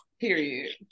period